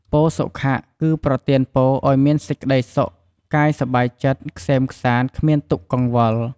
ពរសុខៈ គឺប្រទានពរឲ្យមានសេចក្ដីសុខកាយសប្បាយចិត្ត ក្សេមក្សាន្ត គ្មានទុក្ខកង្វល់។